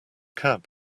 cab